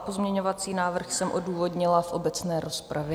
Pozměňovací návrh jsem odůvodnila v obecné rozpravě.